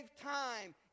time